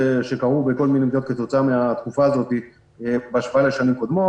כתוצאה מהתקופה הזאת בהשוואה לשנים קודמות.